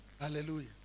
Hallelujah